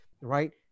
right